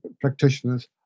practitioners